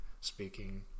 speaking